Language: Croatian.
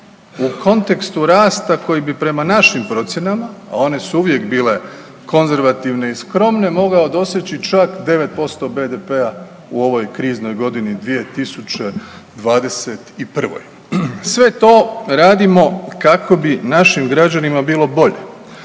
u kontekstu rasta koji bi prema našim procjenama, a one su uvijek bile konzervativne i skromne mogao doseći čak 9% BDP-a u ovoj kriznoj godini 2021. Sve to radimo kako bi našim građanima bilo bolje,